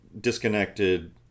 disconnected